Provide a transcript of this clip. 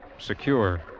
Secure